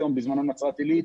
בזמנו נצרת עילית,